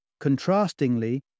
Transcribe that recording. Contrastingly